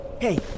Hey